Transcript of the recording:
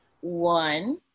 one